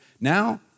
now